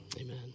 Amen